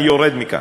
אני יורד מכאן.